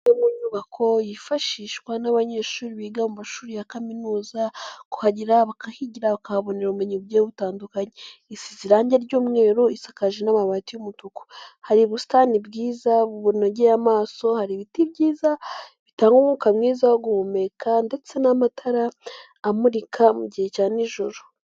Imwe mu nyubako yifashishwa n'abanyeshuri biga mu mashuri ya kaminuza kuhagera bakahigira bakahabona ubumenyi bugiye butandukanye, isize irangi ry'umweru, isakaje n'amabati y'umutuku, hari ubusitani bwiza bunogeye amaso, hari ibiti byiza bitanga umwuka mwiza wo guhumeka ndetse n'amatara amurika mu gihe cya nijoro.